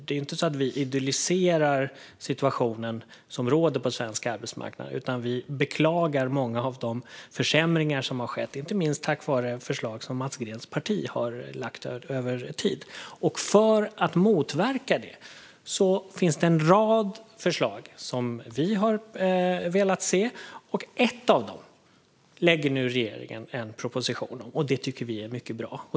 Det är inte så att vi idylliserar situationen som råder på svensk arbetsmarknad, utan vi beklagar många av de försämringar som har skett, inte minst tack vare förslag som Mats Greens parti har lagt fram över tid. För att motverka försämringarna finns en rad förslag som vi har velat se. Ett av förslagen lägger nu regeringen fram en proposition om, och det tycker vi är mycket bra.